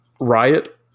riot